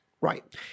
Right